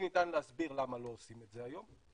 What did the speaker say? ניתן להסביר למה לא עושים את זה היום,